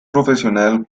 profesional